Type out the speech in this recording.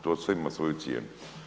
To sve ima svoju cijenu.